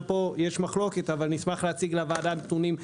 גם פה יש מחלוקת, אבל נשמח להציג לוועדה נתונים.